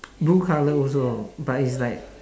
blue colour also but is like